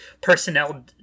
personnel